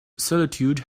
solitude